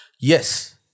Yes